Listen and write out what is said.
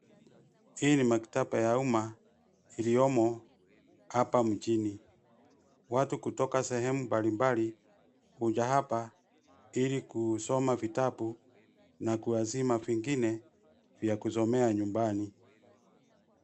Hii ni maktaba ya umma iliyomo hapa mjini, watu kutoka sehemu mbalimbali huja hapa ili kusoma vitabu na kuazima vingine vya kusomea nyumbani.